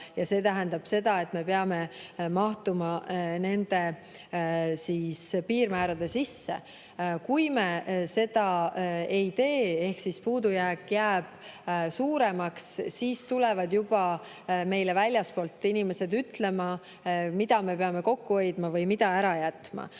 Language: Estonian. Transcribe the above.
mis tähendab seda, et me peame mahtuma nende piirmäärade sisse. Kui me seda ei tee ehk puudujääk jääb suuremaks, siis tulevad meile väljastpoolt inimesed ütlema, kus me peame kokku hoidma või mida ära jätma.